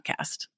podcast